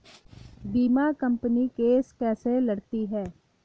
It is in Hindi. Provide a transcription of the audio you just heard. बीमा कंपनी केस कैसे लड़ती है?